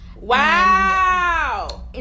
Wow